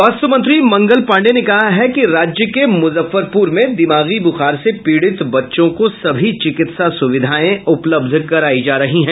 स्वास्थ्य मंत्री मंगल पाण्डेय ने कहा है कि राज्य के मुजफ्फरपुर में दिमागी बुखार से पीड़ित बच्चों को सभी चिकित्सा सुविधाएं उपलब्ध कराई जा रही हैं